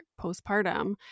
postpartum